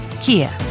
Kia